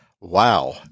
Wow